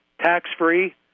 tax-free